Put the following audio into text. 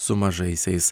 su mažaisiais